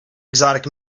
exotic